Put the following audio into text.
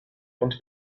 und